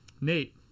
Nate